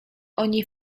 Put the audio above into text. oni